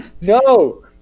no